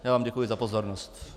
Já vám děkuji za pozornost.